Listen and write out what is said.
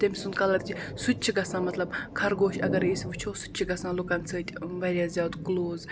تٔمۍ سُنٛد کَلَر تہِ سُہ تہِ چھُ گژھان مَطلَب خرگوش اَگَر أسۍ وٕچھو سُہ تہِ چھُ گَژھان لُکَن سۭتۍ واریاہ زیادٕ کٕلوز